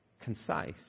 concise